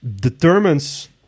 determines